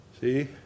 See